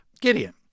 Gideon